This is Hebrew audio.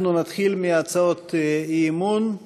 אנחנו נתחיל בהצעות אי-אמון.